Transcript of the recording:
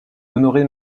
honoré